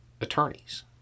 attorneys